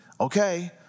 Okay